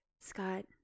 Scott